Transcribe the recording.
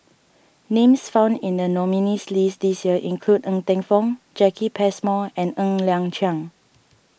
names found in the nominees' list this year include Ng Teng Fong Jacki Passmore and Ng Liang Chiang